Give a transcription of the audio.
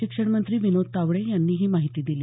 शिकृषण मंत्री विनोद तावडे यांनी ही माहिती दिली